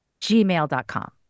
gmail.com